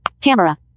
Camera